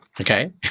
Okay